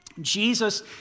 Jesus